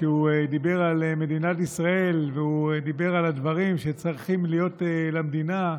כשהוא דיבר על מדינת ישראל ועל הדברים שצריכים להיות למדינה,